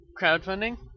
Crowdfunding